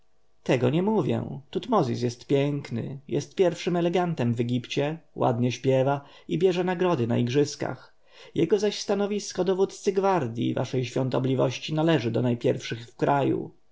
tego nie mówię tutmozis jest piękny jest pierwszym elegantem w egipcie ładnie śpiewa i bierze nagrody na igrzyskach jego zaś stanowisko dowódcy gwardji waszej świątobliwości należy do najpierwszych w kraju